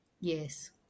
Yes